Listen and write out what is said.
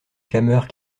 clameurs